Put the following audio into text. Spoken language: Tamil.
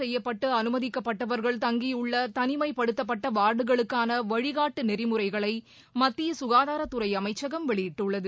செய்யப்பட்டு அனுமதிக்கப்பட்டவர்கள் கொரோனா வைரஸ் தங்கியுள்ள தனிமைப்படுத்தப்பட்ட வார்டுகளுக்கான வழிக்காட்டு நெறிமுறைகளை மத்திய சுனதாரத்துறை அமைச்சகம் வெளியிட்டுள்ளது